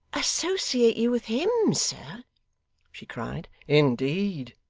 associate you with him, sir she cried. indeed,